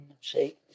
see